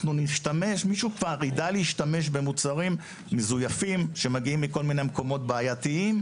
אנחנו נשתמש במוצרים מזויפים שמגיעים מכל מיני מקומות בעייתיים,